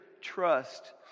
trust